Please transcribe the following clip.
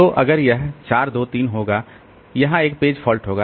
तो अगर यह 423 होगा तो यहां एक पेज फॉल्ट होगा